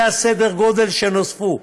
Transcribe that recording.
זה סדר הגודל שנוספו,